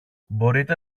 μπορείτε